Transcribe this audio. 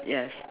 yes